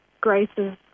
Grace's